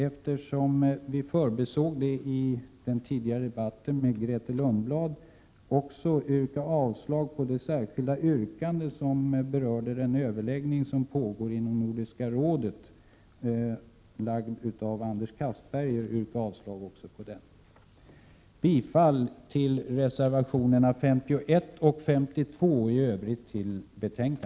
Eftersom vi tidigare förbisåg det, vill jag också yrka avslag på det särskilda yrkande av Anders Castberger som berör den överläggning som pågår inom Nordiska